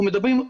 אנחנו מדברים,